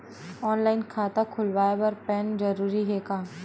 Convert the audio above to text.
Online खाता खुलवाय बर पैन जरूरी हे का?